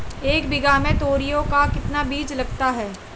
एक बीघा में तोरियां का कितना बीज लगता है?